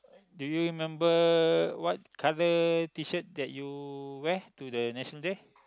do you remember what colour T shirt that you wear to the National Day